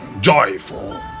Joyful